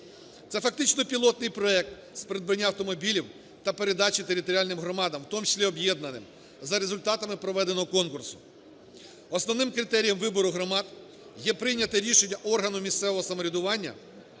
Це фактично пілотний проект з придбання автомобілів та передачі територіальним громадам, в тому числі, об'єднаним за результатами проведеного конкурсу. Основним критерієм вибору громад є прийняте рішення органу місцевого самоврядування